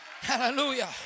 Hallelujah